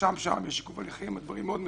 נרשם שם לשיקוף הליכים, הדברים מאוד מסודרים.